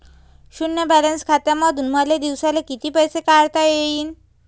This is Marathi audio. शुन्य बॅलन्स खात्यामंधून मले दिवसाले कितीक पैसे काढता येईन?